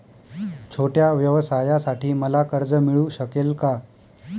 छोट्या व्यवसायासाठी मला कर्ज मिळू शकेल का?